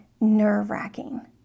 nerve-wracking